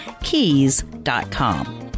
keys.com